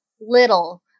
little